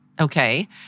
okay